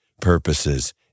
purposes